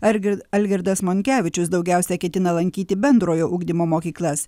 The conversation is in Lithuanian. argir algirdas monkevičius daugiausia ketina lankyti bendrojo ugdymo mokyklas